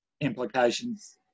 implications